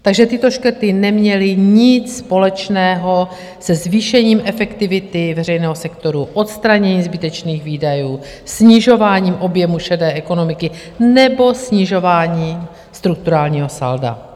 Takže tyto škrty neměly nic společného se zvýšením efektivity veřejného sektoru, odstranění zbytečných výdajů, snižování objemu šedé ekonomiky nebo snižování strukturálního salda.